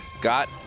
got